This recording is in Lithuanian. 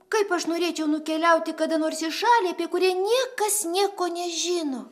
kaip aš norėčiau nukeliauti kada nors į šalį apie kurią niekas nieko nežino